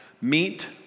meet